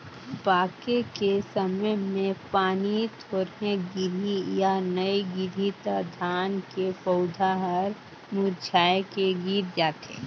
पाके के समय मे पानी थोरहे गिरही य नइ गिरही त धान के पउधा हर मुरझाए के गिर जाथे